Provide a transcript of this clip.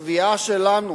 הקביעה שלנו,